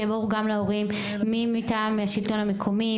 שיהיה ברור גם להורים מי מטעם השלטון המקומי,